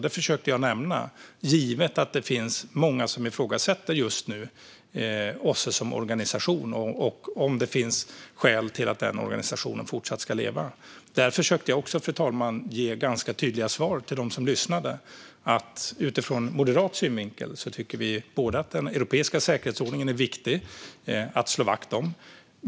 Det försökte jag nämna, givet att det finns många som just nu ifrågasätter OSSE som organisation och om den organisationen ska fortsätta leva. Där försökte jag också ge ganska tydliga svar till dem som lyssnade. Utifrån moderat synvinkel tycker vi att den europeiska säkerhetsordningen är viktig att slå vakt om.